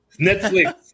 Netflix